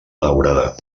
daurada